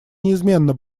неизменно